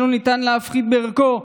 שלא ניתן להפחית בערכו,